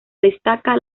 destaca